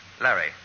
Larry